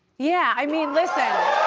yeah, i mean, listen.